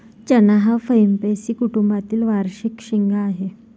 चणा हा फैबेसी कुटुंबातील वार्षिक शेंगा आहे